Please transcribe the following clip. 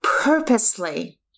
purposely